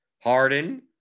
Harden